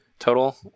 total